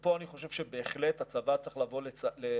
ופה אני חושב שבהחלט הצבא צריך להגיד למדינה: